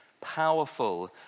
powerful